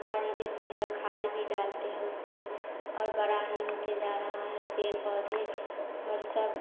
पानी देते हैं खाद भी डालते हैं उसको और बड़ा ही होते जा रहा है पेड़ पौधे और सब